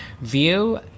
view